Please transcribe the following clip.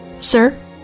Sir